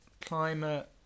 climate